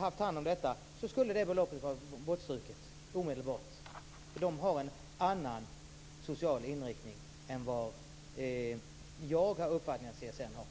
haft hand om detta skulle det beloppet ha blivit omedelbart bortstruket. Kronofogden har en annan social inriktning än vad jag upplever att CSN har.